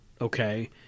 Okay